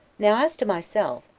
now as to myself,